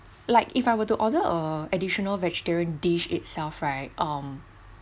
like if I were to order err additional vegetarian dish itself right um